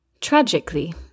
Tragically